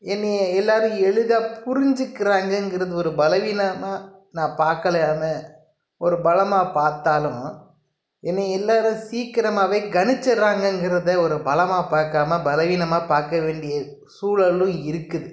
என்னைய எல்லோரும் எளிதாக புரிஞ்சுக்கிறாங்கங்கிறது ஒரு பலவீனமாக நான் பார்க்கலேனு ஒரு பலமாக பார்த்தாலும் என்னையை எல்லோரும் சீக்கிரமாகவே கணிச்சிட்றாங்கங்கிறத ஒரு பலமாக பார்க்காம பலவீனமாக பார்க்க வேண்டிய சூழலும் இருக்குது